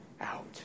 out